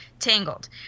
Tangled